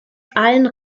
allen